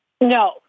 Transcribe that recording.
No